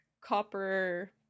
copper